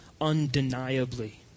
undeniably